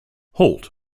holt